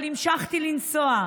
אבל המשכתי לנסוע.